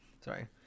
Sorry